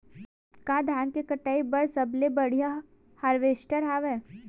का धान के कटाई बर सबले बढ़िया हारवेस्टर हवय?